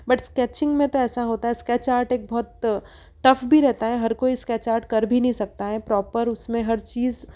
but sketching में तो ऐसा होता है स्कैच आर्ट एक बहुत टफ भी रहता है हर कोई स्कैच आर्ट कर भी नहीं सकता है प्रॉपर उसमें हर चीज